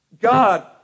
God